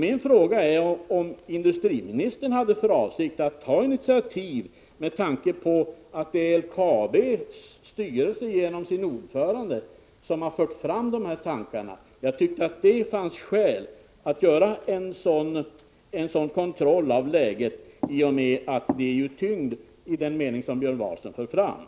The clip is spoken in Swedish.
Min fråga var om industriministern, med tanke på att LKAB:s styrelse genom sin ordförande har fört fram den synpunkt som jag har redovisat, hade för avsikt att ta några initiativ. Jag tyckte att det fanns skäl att göra en sådan kontroll av läget i och med att det är tyngd i Björn Wahlströms mening.